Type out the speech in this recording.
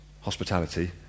hospitality